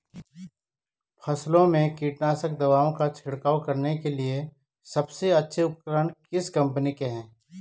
फसलों में कीटनाशक दवाओं का छिड़काव करने के लिए सबसे अच्छे उपकरण किस कंपनी के हैं?